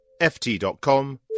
ft.com